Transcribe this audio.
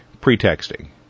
pretexting